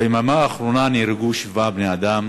ביממה האחרונה נהרגו שבעה בני-אדם